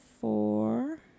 four